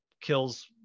kills